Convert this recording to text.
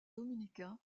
dominicain